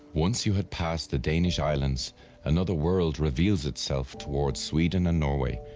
once you had passed the danish islands another world reveals itself towards sweden and norway,